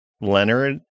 Leonard